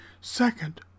second